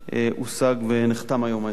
הושג ונחתם היום ההסכם.